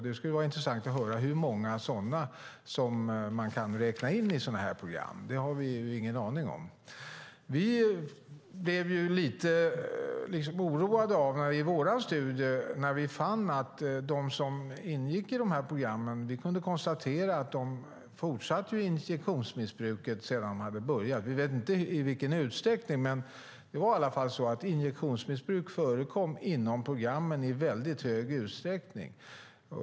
Det skulle vara intressant att höra hur många som kan räknas in i sådana program. Det har man ingen aning om. I vår studie oroades vi av att de som ingick i programmen fortsatte injektionsmissbruket. Vi vet inte i vilken utsträckning, men injektionsmissbruk förekom i hög utsträckning inom programmen.